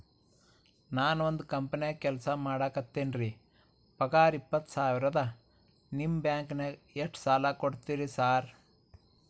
ನಾನ ಒಂದ್ ಕಂಪನ್ಯಾಗ ಕೆಲ್ಸ ಮಾಡಾಕತೇನಿರಿ ಪಗಾರ ಇಪ್ಪತ್ತ ಸಾವಿರ ಅದಾ ನಿಮ್ಮ ಬ್ಯಾಂಕಿನಾಗ ಎಷ್ಟ ಸಾಲ ಕೊಡ್ತೇರಿ ಸಾರ್?